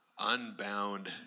Unbound